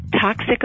toxic